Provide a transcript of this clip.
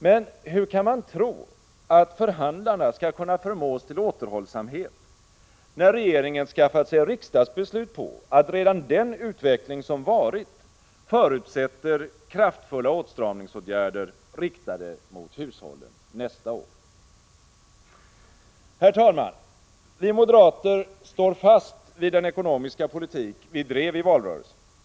Men hur kan man tro att förhandlarna skall kunna förmås till återhållsamhet, när regeringen skaffat sig riksdagsbeslut på att redan den utveckling som varit förutsätter kraftfulla åtstramningsåtgärder riktade mot hushållen nästa år? Herr talman! Vi moderater står fast vid den ekonomiska politik vi drev i valrörelsen.